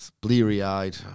Bleary-eyed